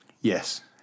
Yes